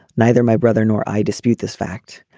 neither my brother nor i dispute this fact.